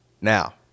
Now